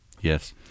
Yes